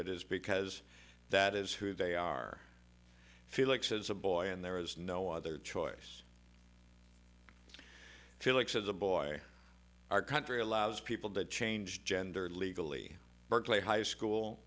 it is because that is who they are felix is a boy and there is no other choice felix as a boy our country allows people to change gender legally berkeley high school